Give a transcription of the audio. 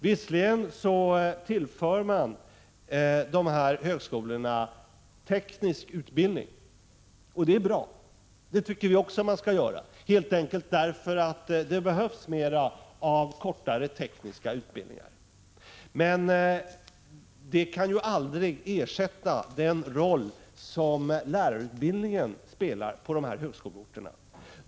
Visserligen tillför man dessa högskolor teknisk utbildning — det är bra, helt enkelt därför att det behövs mer av kortare tekniska utbildningar —, men detta kan aldrig e ätta den roll som lärarutbildningen spelar på dessa högskoleorter.